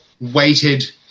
weighted